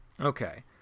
Okay